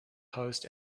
host